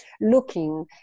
looking